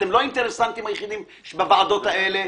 אתם לא האינטרסנטים היחידים בוועדות האלה.